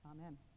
Amen